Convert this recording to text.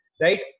right